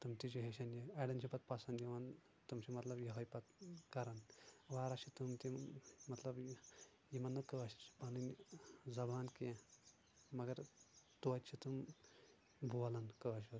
تِم تہِ چھ پٮ۪چھان یہِ اَڈیٚن چھٕ پَتہٕ پسنٛد یِوان تِم چھِ مطلب یِہوے پَتہٕ کران واریاہ چھ تِم تِم مطلب یِمن نہٕ کٲشر چھِ پَنٕنۍ زَبان کیٚنٛہہ مَگر تویتہِ چھٕ تِم بولان کٲشُر